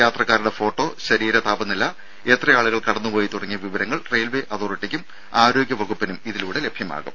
യാത്രക്കാരുടെ ഫോട്ടോ ശരീര താപനില എത്ര ആളുകൾ കടന്നുപോയി തുടങ്ങിയ വിവരങ്ങൾ റെയിൽവെ അതോറിറ്റിക്കും ആരോഗ്യ വകുപ്പിനും ഇതിലൂടെ ലഭ്യമാകും